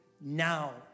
now